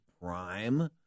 prime